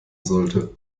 sollte